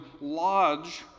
lodge